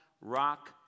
rock